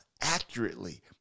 accurately